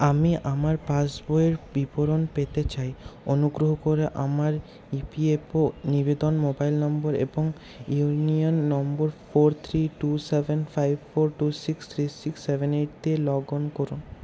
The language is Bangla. আমি আমার পাসবইয়ের বিবরণ পেতে চাই অনুগ্রহ করে আমার ই পি এফ ও নিবেদন মোবাইল নম্বর এবং union number four three two seven five four two six three six seven eight দিয়ে লগ অন করুন